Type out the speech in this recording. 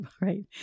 Right